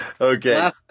okay